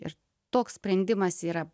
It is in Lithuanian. ir toks sprendimas yra